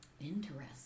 Interesting